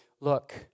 Look